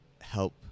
help